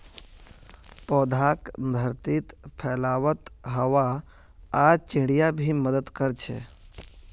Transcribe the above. पौधाक धरतीत फैलवात हवा आर चिड़िया भी मदद कर छे